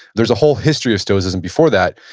there's a whole history of stoicism before that.